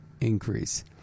increase